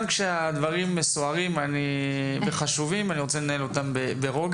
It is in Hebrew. גם כשהדברים סוערים וחשובים אני רוצה לנהל אותם ברוגע.